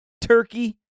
turkey